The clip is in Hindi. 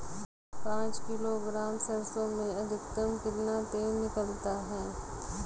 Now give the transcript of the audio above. पाँच किलोग्राम सरसों में अधिकतम कितना तेल निकलता है?